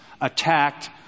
attacked